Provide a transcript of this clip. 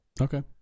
Okay